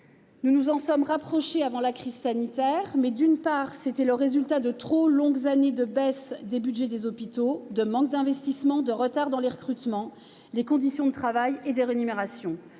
Nous nous en étions rapprochés avant la crise sanitaire. Mais, d'une part, c'était le résultat de trop longues années de baisse des budgets des hôpitaux, de manque d'investissement, de retard dans les recrutements, les conditions de travail et la rémunération.